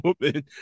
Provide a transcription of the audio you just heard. woman